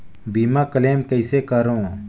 बीमा क्लेम कइसे करों?